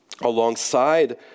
alongside